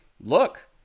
look